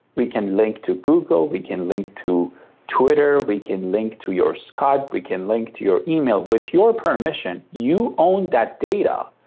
we can link to google, we can link to twitter, we can link to your skype, we can link to your email, with your permission. you own that data,